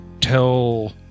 tell